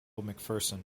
mcpherson